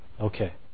Okay